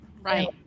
right